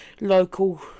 local